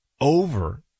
over